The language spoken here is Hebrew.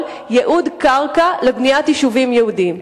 ייעוד קרקע לבניית יישובים יהודיים.